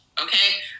okay